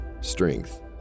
strength